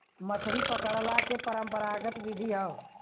मछरी पकड़ला के परंपरागत विधि हौ